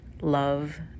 love